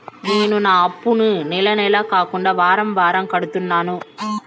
నేను నా అప్పుని నెల నెల కాకుండా వారం వారం కడుతున్నాను